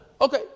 Okay